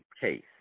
case